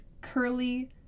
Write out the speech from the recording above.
curly